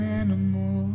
animal